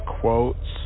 quotes